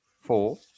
Four